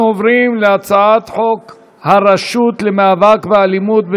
אנחנו עוברים להצעת חוק הרשות למאבק באלימות,